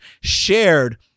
shared